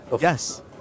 Yes